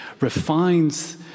refines